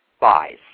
buys